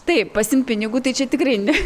taip pasiimt pinigų tai čia tikrai ne